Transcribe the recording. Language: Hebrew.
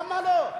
למה לא?